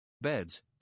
beds